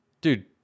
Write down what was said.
dude